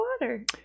water